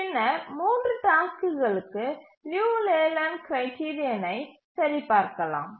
பின்னர் 3 டாஸ்க்குகளுக்கு Liu Layland கிரைடிரியனை சரிபார்க்கலாம்